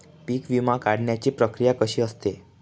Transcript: पीक विमा काढण्याची प्रक्रिया कशी असते?